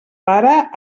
pare